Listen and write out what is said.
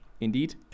Indeed